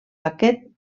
aquest